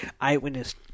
eyewitness